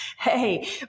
Hey